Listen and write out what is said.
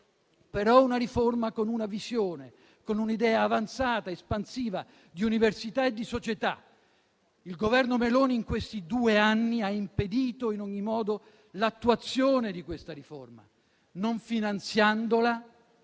però una riforma con una visione, con un'idea avanzata ed espansiva di università e di società. Il Governo Meloni, in questi due anni, ha impedito in ogni modo l'attuazione di questa riforma, non finanziandola e